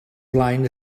flaen